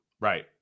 Right